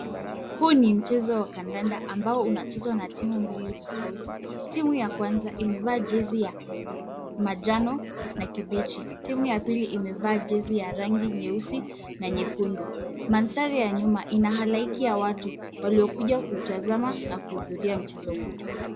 Huu ni mchezo wa kandanda ambao unachezwa na timu mbili tofauti. Timu ya kwanza imevaa jezi ya manjano na kibichi. Timu ya pili imevaa jezi ya rangi nyeusi na nyekundu. Mandhari ya nyuma ina halaiki ya watu waliokuja kutazama na kuudhuria mchezo huu.